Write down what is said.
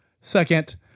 Second